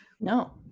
no